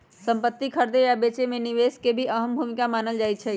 संपति खरीदे आ बेचे मे निवेश के भी अहम भूमिका मानल जाई छई